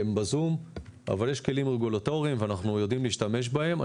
אבל יש כלים רגולטוריים ואנחנו יודעים להשתמש בהם.